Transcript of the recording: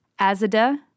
Azada